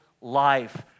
life